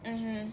mmhmm